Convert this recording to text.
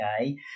okay